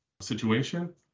situation